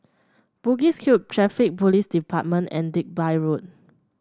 Bugis Cube Traffic Police Department and Digby Road